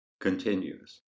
continues